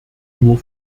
nur